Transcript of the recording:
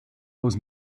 aus